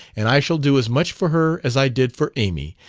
and i shall do as much for her as i did for amy,